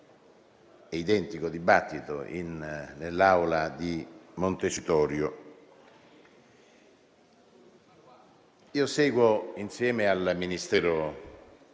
identico dibattito nell'Aula di Montecitorio. Sto seguendo, insieme al Ministero